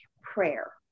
prayer